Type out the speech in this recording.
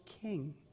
king